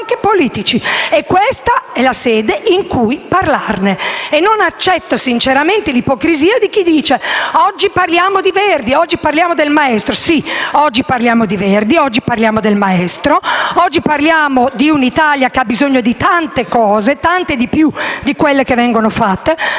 E questa è la sede in cui parlarne. Non accetto sinceramente l'ipocrisia di chi dice: oggi parliamo di Verdi, parliamo del Maestro. Sì, oggi parliamo di Verdi, parliamo del Maestro, ma parliamo anche di un'Italia che ha bisogno di tante cose, molte di più di quelle che vengono fatte.